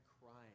crying